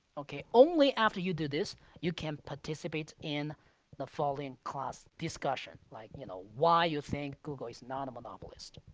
okay? only after you do this you can participate in the following class discussion. like, you know, why you think google is not a monopolist.